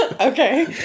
Okay